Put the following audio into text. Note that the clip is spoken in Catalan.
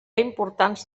importants